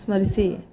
ಸ್ಮರಿಸಿ